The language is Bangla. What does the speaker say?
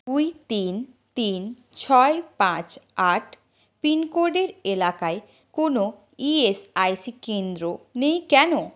দুই তিন তিন ছয় পাঁচ আট পিনকোডের এলাকায় কোনও ই এস আই সি কেন্দ্র নেই কেন